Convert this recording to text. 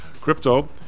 Crypto